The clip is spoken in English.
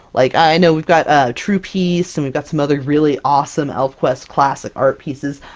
like i know we've got a true peace and we've got some other really awesome elfquest classic art pieces!